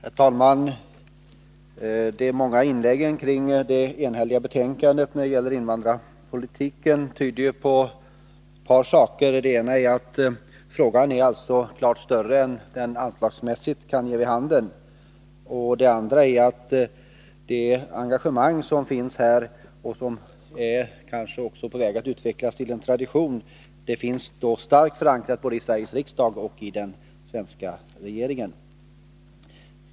Herr talman! De många inläggen om invandrarpolitiken, som det föreligger ett enhälligt betänkande om, tyder på ett par saker: dels att frågan är betydelsefullare än anslagets storlek kan ge vid handen, dels att det engagemang som finns är starkt förankrat både i riksdag och regering.